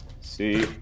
See